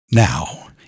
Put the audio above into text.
now